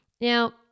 Now